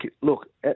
look